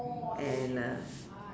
and